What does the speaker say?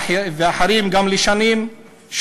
ואחרים גם לשניים.